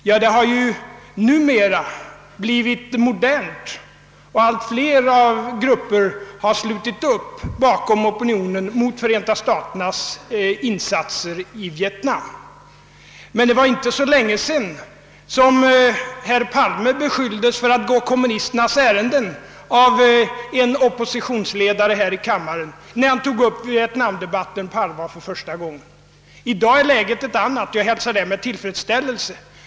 Numera har det blivit modernt att allt flera grupper slutit upp bakom opinionen mot Förenta staternas insatser i Vietnam, men det var inte så länge sedan som herr Palme av en oppositionsledare här i kammaren beskylldes för att gå kommunisternas ärende. Det hände när herr Palme för första gången på allvar tog upp en debatt om Vietnam. I dag är läget ett annat och detta hälsar jag med tillfredsställelse.